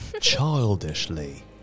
childishly